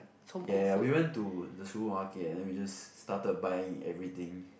ya ya we went to the supermarket then we just started buying everything